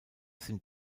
sind